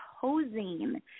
posing